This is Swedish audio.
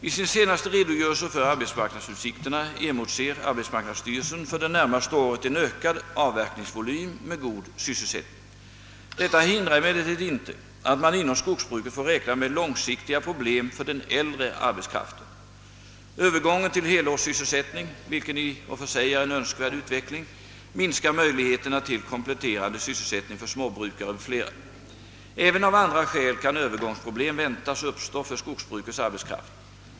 I sin senaste redogörelse för arbetsmarknadsutsikterna emotser = arbetsmarknadsstyrelsen för det närmaste året en ökad avverkningsvolym med god sysselsättning. Detta hindrar emellertid inte att man inom skogsbruket får räkna med långsiktiga problem för den äldre arbetskraften. Övergången till helårssysselsättning, vilken i och för sig är en önskvärd utveckling, minskar möjligheterna till kompletterande sysselsättning för småbrukare m.fl. även av andra skäl kan övergångsproblem väntas uppstå för skogsbrukets arbetskraft.